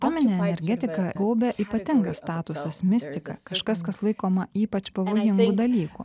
pameni energetiką gaubė ypatingas statusas mistika kažkas kas laikoma ypač pavojingu dalyku